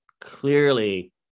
clearly